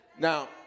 Now